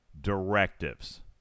Directives